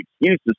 excuses